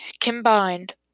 combined